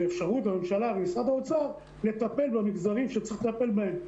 ואפשרות לממשלה ולמשרד האוצר לטפל במגזרים שצריך לטפל בהם,